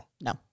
No